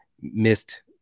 missed